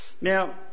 Now